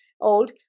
old